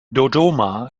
dodoma